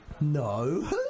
No